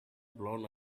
blown